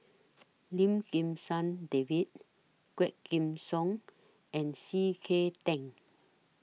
Lim Kim San David Quah Kim Song and C K Tang